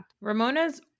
ramona's